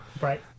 Right